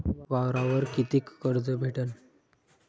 वावरावर कितीक कर्ज भेटन?